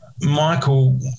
Michael